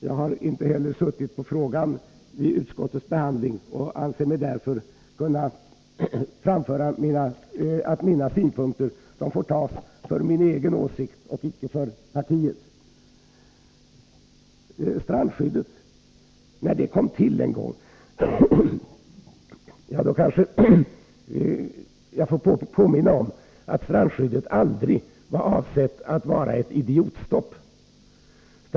Jag har inte heller deltagit i utskottsbehandlingen av frågan, och de synpunkter som jag här framför är därför mina egna och inte partiets. Strandskyddet var vid sin tillkomst aldrig avsett att innebära något idiotstopp.